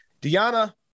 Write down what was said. diana